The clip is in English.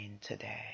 today